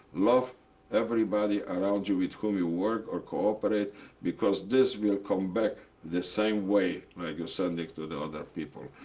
love everybody around you with whom you work or cooperate because this will come back the same way like you sending to the other people.